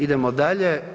Idemo dalje.